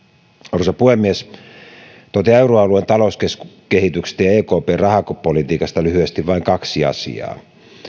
arvoisa puhemies totean euroalueen talouskehityksestä ja ekpn rahapolitiikasta lyhyesti vain kaksi asiaa